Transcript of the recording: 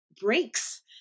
breaks